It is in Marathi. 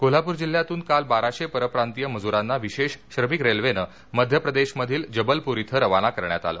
कोल्हापूर जिल्ह्यातून काल बाराशे परप्रांतीय मजु्रांना विशेष श्रमिक रेल्वेनं मध्यप्रदेशमधील जबलप्र इथं रवाना करण्यात आलं